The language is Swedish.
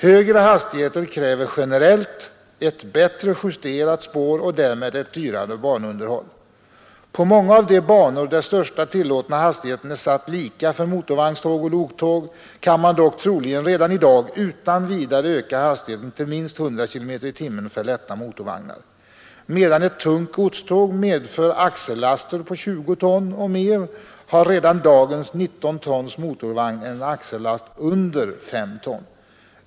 Högre hastigheter kräver generellt ett bättre justerat spår och därmed ett dyrare banunderhåll. På många av de banor, där största tillåtna hastigheten är satt lika för motorvagnståg och loktåg, kan man dock troligen redan i dag utan vidare öka hastigheten till minst 100 km/h för lätta motorvagnar. Medan ett tungt godståg medför axellaster på 20 ton och mer har redan dagens 19 tons motorvagn en axellast under 5 ton.